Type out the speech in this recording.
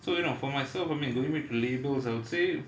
so you know for myself I mean going back to labels I would say